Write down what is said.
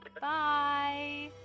Bye